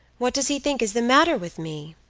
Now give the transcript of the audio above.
what does he think is the matter with me?